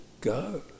go